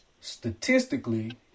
statistically